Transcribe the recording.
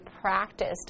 practiced